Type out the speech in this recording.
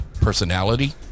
Personality